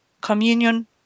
communion